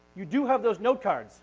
you do have those note cards